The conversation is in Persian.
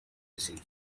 رسید